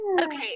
Okay